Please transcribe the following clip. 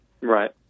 Right